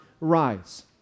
rise